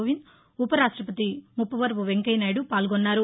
కోవింద్ ఉవరాష్టవతి ముప్పవరవు వెంకయ్యనాయుడు పాల్గొన్నారు